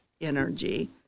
energy